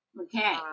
Okay